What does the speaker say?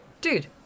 Dude